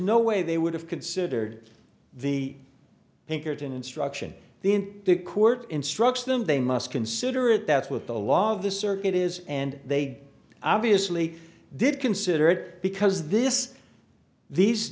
no way they would have considered the pinkerton instruction the in court instructs them they must consider it that's what the law of the circuit is and they obviously did consider it because this these